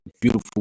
beautiful